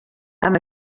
amb